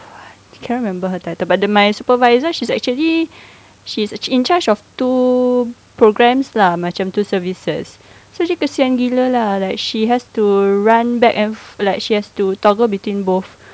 cannot remember her title but the my supervisor she's actually she's in charge of two programs lah macam two services so dia kesian gila lah like she has to run back and f~ like she has to toggle between both